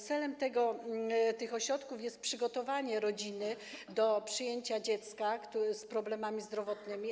Celem tych ośrodków jest przygotowanie rodziny do przyjęcia dziecka z problemami zdrowotnymi.